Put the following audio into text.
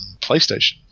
PlayStation